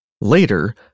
Later